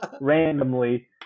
randomly